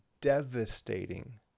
devastating